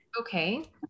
okay